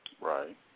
Right